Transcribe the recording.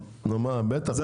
בטח, למה לא?